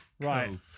Right